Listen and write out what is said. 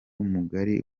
mugari